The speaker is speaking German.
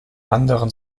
anderen